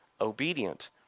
obedient